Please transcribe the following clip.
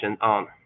on